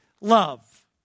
love